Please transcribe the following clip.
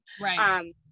right